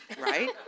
right